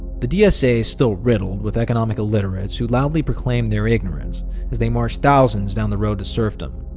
the dsa is still riddled with economic illiterates who loudly proclaim their ignorance as they march thousands down the road to serfdom.